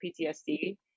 PTSD